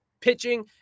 pitching